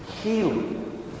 healing